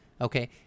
okay